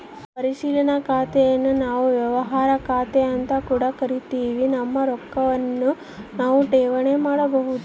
ಪರಿಶೀಲನಾ ಖಾತೆನ್ನು ನಾವು ವ್ಯವಹಾರ ಖಾತೆಅಂತ ಕೂಡ ಕರಿತಿವಿ, ನಮ್ಮ ರೊಕ್ವನ್ನು ನಾವು ಠೇವಣಿ ಮಾಡಬೋದು